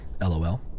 LOL